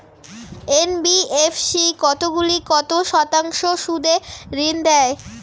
NBFC কতগুলি কত শতাংশ সুদে ঋন দেয়?